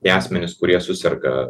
tie asmenys kurie suserga